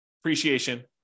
appreciation